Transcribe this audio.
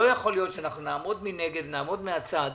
לא יכול להיות שאנחנו נעמוד מנגד, נעמוד מהצד,